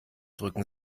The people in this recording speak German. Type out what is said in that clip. drücken